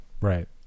Right